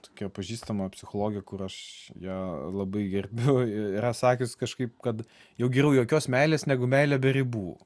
tokia pažįstama psichologė kur aš ją labai gerbiu yra sakius kažkaip kad jau geriau jokios meilės negu meilė be ribų